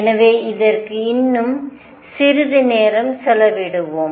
எனவே இதற்கு இன்னும் சிறிது நேரம் செலவிடுவோம்